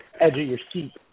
edge-of-your-seat